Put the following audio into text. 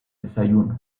desayuno